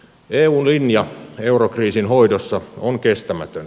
eun linja eurokriisin hoidossa on kestämätön